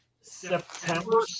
September